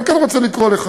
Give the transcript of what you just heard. אני כן רוצה לקרוא לך